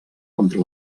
contra